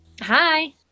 Hi